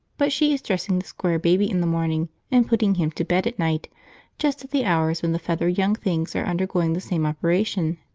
but she is dressing the square baby in the morning and putting him to bed at night just at the hours when the feathered young things are undergoing the same operation.